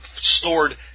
stored